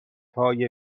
های